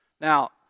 Now